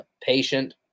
patient